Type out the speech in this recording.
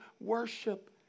worship